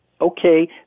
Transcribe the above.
Okay